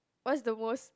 what's the most